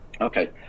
Okay